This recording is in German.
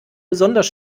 besonders